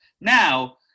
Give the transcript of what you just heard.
Now